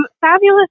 fabulous